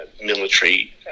military